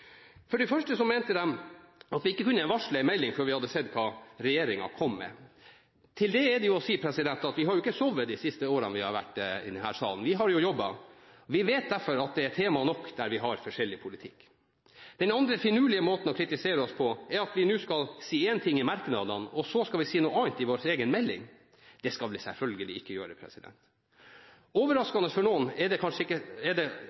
For det første så mente de at vi ikke kunne varsle en melding før vi hadde sett hva regjeringen kom med. Til det er det å si at vi ikke har sovet de siste årene når vi har vært i denne salen, vi har jobbet. Vi vet derfor at det er nok temaer hvor vi har forskjellig politikk. Den andre finurlige måten å kritisere oss på, er å påstå at vi skal si én ting i merknadene og deretter noe annet i vår egen melding. Det skal vi selvfølgelig ikke gjøre. Overraskende for noen er det